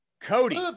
cody